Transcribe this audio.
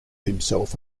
himself